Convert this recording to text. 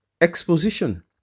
Exposition